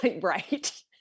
Right